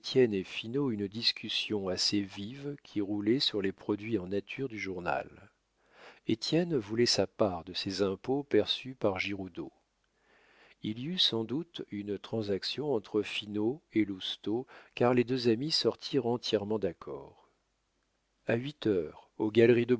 une discussion assez vive qui roulait sur les produits en nature du journal étienne voulait sa part de ces impôts perçus par giroudeau il y eut sans doute une transaction entre finot et lousteau car les deux amis sortirent entièrement d'accord a huit heures aux galeries de bois